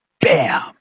Bam